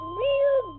real